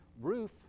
roof